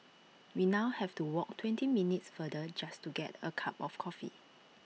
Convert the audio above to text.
we now have to walk twenty minutes farther just to get A cup of coffee